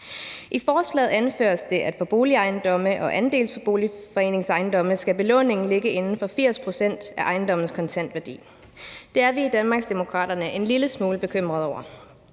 I forslaget anføres det, at for boligejendomme og andelsboligforeningsejendomme skal belåningen ligge inden for 80 pct. af ejendommens kontantværdi. Det er vi i Danmarksdemokraterne en lille smule bekymrede over.